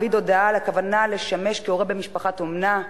למעביד הודעה על כוונה לשמש כהורה במשפחת אומנה,